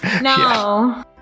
No